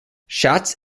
shots